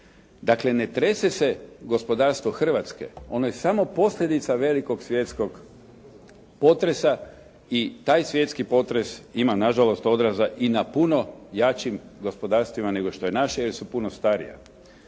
Dakle, ne trese se gospodarstvo Hrvatske, ono je samo posljedica velikog svjetskog potresa i taj svjetski potres ima na žalost odraza i na puno jačim gospodarstvima nego što je naše jer su puno starija.